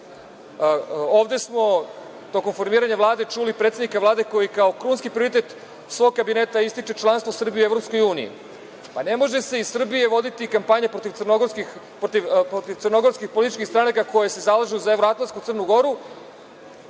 Ovde smo tokom formiranja Vlade čuli predsednika Vlade koji kao krunski prioritet svog kabineta ističe članstvo Srbije u EU. Ne može se iz Srbije voditi kampanja protiv crnogorskih političkih stranaka koje se zalažu za evroatlantsku Crnu Goru,